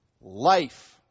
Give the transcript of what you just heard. life